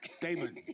Damon